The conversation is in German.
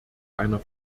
einer